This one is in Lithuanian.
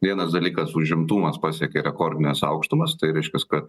vienas dalykas užimtumas pasiekė rekordines aukštumas tai reiškias kad